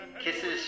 Kisses